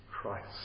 Christ